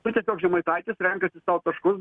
nu tiesiog žemaitaitis renkasi sau taškus